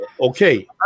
okay